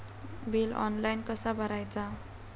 Bill online कसा भरायचा?